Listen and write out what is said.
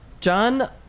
John